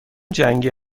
جنگی